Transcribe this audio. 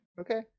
okay